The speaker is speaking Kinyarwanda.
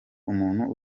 umuntu